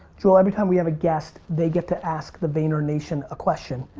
jewel every time we have a guest they get to ask the vayner nation a question.